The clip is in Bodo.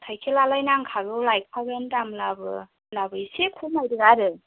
साइखेलआलाय नांखागौ लायखागोन दामलाबो होनलाबो एसे खमायदो आरो